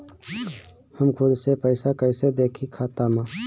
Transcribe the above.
हम खुद से पइसा कईसे देखी खाता में?